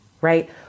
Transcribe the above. right